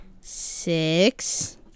Six